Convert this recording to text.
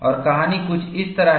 और कहानी कुछ इस तरह है